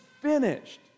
finished